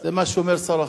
זה מה שאומר שר החוץ.